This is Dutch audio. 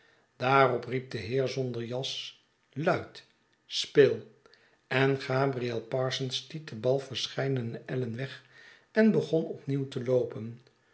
daarop riep de heer zonder jas luid speell en gabriel parsons stiet den bal verscheidene ellen weg en begon op nieuw te loopen